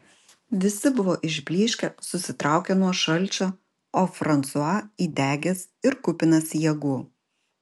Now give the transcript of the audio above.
visi buvo išblyškę susitraukę nuo šalčio o fransua įdegęs ir kupinas jėgų